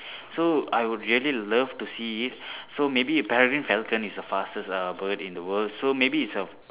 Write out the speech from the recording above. so I would really love to see it so maybe if peregrine falcon is the fastest uh bird in the world so maybe it's a